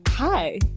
Hi